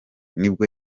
nibwo